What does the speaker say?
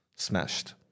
smashed